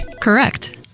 Correct